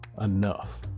enough